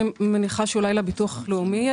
אני מניחה שלביטוח הלאומי יש.